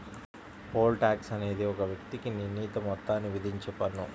pole tax అనేది ఒక వ్యక్తికి నిర్ణీత మొత్తాన్ని విధించే పన్ను